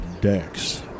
Dex